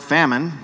Famine